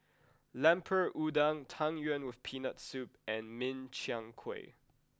Lemper Udang tang yuen with peanut soup and Min Chiang Kueh